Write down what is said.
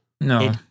No